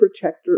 protector